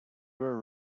were